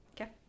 Okay